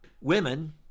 women